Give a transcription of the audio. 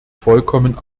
vollkommen